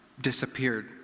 disappeared